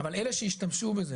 אבל אלה שהשתמשו בזה,